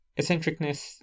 eccentricness